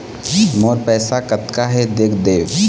मोर पैसा कतका हे देख देव?